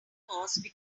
pause